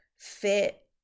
fit